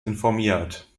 informiert